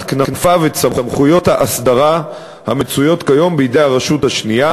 כנפיו את סמכויות האסדרה המצויות כיום בידי הרשות השנייה